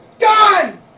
gone